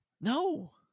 No